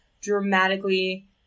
dramatically